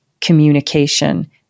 communication